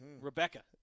Rebecca